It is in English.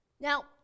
Now